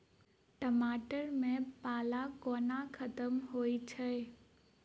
टमाटर मे पाला कोना खत्म होइ छै?